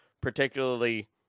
particularly